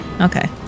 Okay